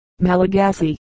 Malagasy